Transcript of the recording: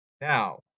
Now